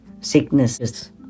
sicknesses